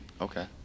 Okay